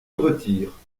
retire